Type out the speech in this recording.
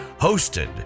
hosted